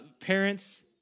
parents